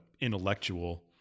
intellectual